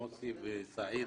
מוסי וסעיד